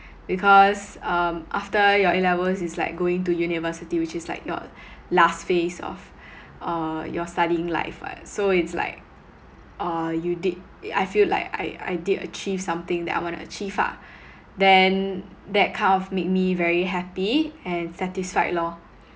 because um after your A levels it's like going to university which is like your last phase of uh your studying life [what] so it's like uh you did I feel like I I did achieve something that I want to achieve ah then that kind of made me very happy and satisfied lor